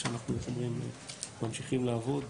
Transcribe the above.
שאנחנו ממשיכים לעבוד,